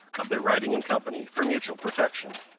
of their riding in company for mutual protection.